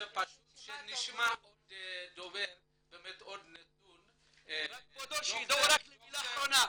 פשוט שנשמע עוד נתון --- רק כבודו מילה אחרונה.